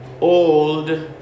Old